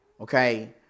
okay